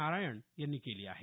नारायण यांनी केली आहे